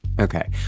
Okay